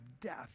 death